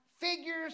figures